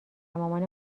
مامان